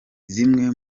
zimwe